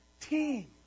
team